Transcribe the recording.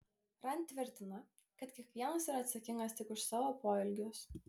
rand tvirtina kad kiekvienas yra atsakingas tik už savo poelgius